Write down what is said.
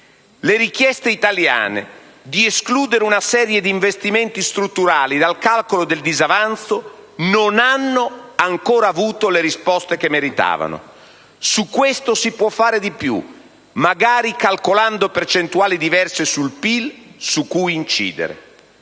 Le richieste italiane di escludere una serie di investimenti strutturali dal calcolo del disavanzo non hanno ancora avuto le risposte che meritavano. Su questo si può fare di più, magari calcolando percentuali diverse sul prodotto interno